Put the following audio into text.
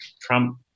Trump